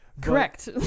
Correct